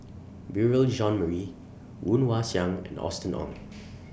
Beurel Jean Marie Woon Wah Siang and Austen Ong